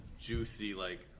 juicy-like